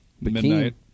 Midnight